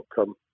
outcome